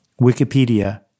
Wikipedia